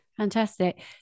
Fantastic